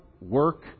work